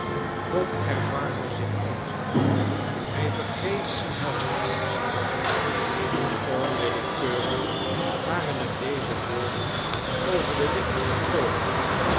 god erbarme zich onzer hij vergeve en helpe sprak hij onwillekeurig waren hem deze woorden over de lippen gekomen